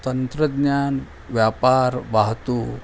तंत्रज्ञान व्यापार वाहतूक